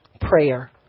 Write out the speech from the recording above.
prayer